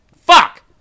fuck